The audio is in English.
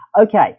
Okay